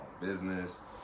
business